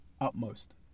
utmost